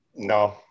No